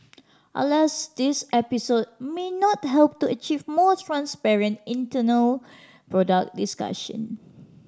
alas this episode may not help to achieve more transparent internal product discussion